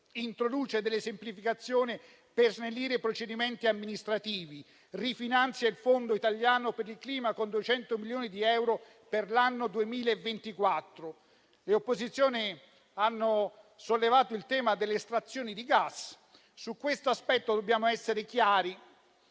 introduce semplificazioni per snellire i procedimenti amministrativi; rifinanzia il fondo italiano per il clima con 200 milioni di euro per l'anno 2024. Le opposizioni hanno sollevato il tema delle estrazioni di gas. Su questo aspetto dobbiamo essere chiari.